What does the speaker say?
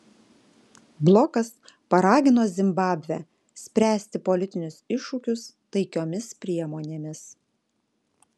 blokas paragino zimbabvę spręsti politinius iššūkius taikiomis priemonėmis